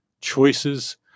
choices